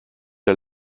der